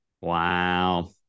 Wow